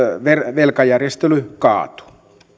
velkajärjestely kaatuu